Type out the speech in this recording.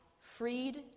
freed